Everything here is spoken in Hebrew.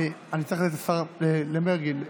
תודה, אדוני היושב-ראש.